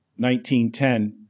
1910